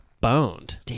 boned